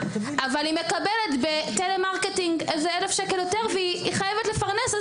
אבל היא מקבלת בטלמרקטינג 1,000 שקל יותר והיא חייבת לפרנס.